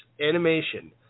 animation